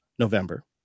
November